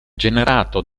generato